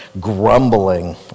grumbling